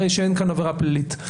הרי שאין כאן עבירה פלילית.